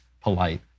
polite